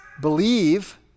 believe